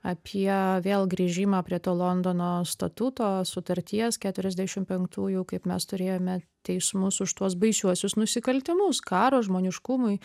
apie vėl grįžimą prie to londono statuto sutarties keturiasdešim penktųjų kaip mes turėjome teismus už tuos baisiuosius nusikaltimus karo žmoniškumui